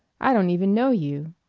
i don't even know you.